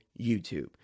YouTube